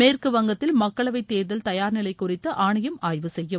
மேற்குவங்கத்தில் மக்களவைத் தேர்தல் தயார் நிலை குறித்து ஆணையம் ஆய்வு செய்யும்